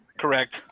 Correct